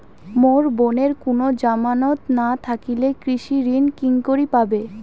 মোর বোনের কুনো জামানত না থাকিলে কৃষি ঋণ কেঙকরি পাবে?